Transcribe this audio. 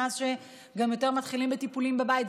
מאז שיותר מתחילים בטיפולים בבית,